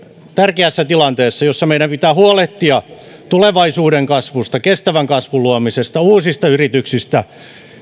tärkeässä tilanteessa jossa meidän pitää huolehtia tulevaisuuden kasvusta kestävän kasvun luomisesta uusista yrityksistä